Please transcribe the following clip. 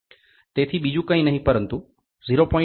તેથી બીજું કંઈ નહીં પરંતુ 0